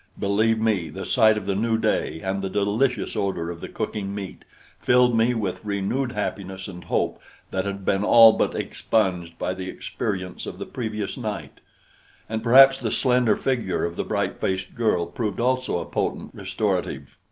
believe me, the sight of the new day and the delicious odor of the cooking meat filled me with renewed happiness and hope that had been all but expunged by the experience of the previous night and perhaps the slender figure of the bright-faced girl proved also a potent restorative.